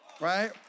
right